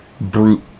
brute